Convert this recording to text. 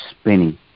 spinning